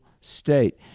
state